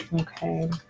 okay